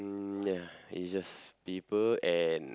mm ya it's just paper and